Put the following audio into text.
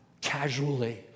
casually